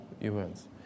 events